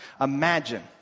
Imagine